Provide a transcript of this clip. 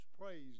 praise